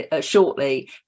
shortly